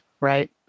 Right